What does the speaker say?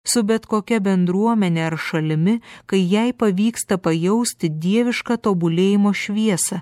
su bet kokia bendruomene ar šalimi kai jai pavyksta pajausti dievišką tobulėjimo šviesą